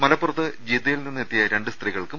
മലപ്പുറത്ത് ജിദ്ദയിൽനിന്ന് എത്തിയ രണ്ട് സ്ത്രീകൾക്കും